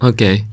Okay